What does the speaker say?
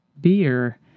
beer